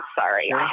sorry